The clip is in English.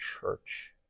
church